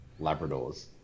Labradors